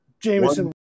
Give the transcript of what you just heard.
Jameson